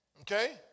Okay